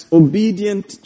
obedient